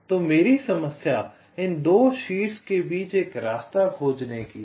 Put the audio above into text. तो मेरी समस्या इन 2 शीर्ष के बीच एक रास्ता खोजने की है